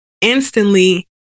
instantly